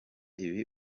ibi